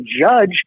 judge